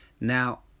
Now